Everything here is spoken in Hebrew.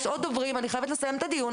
יש עוד דוברים, אני חייבת לסיים את הדיון.